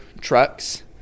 trucks